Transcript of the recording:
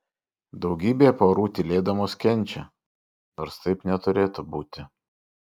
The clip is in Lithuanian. daugybė porų tylėdamos kenčia nors taip neturėtų būti